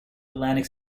atlantic